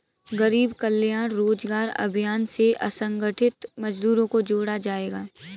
गरीब कल्याण रोजगार अभियान से असंगठित मजदूरों को जोड़ा जायेगा